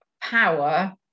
power